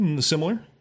similar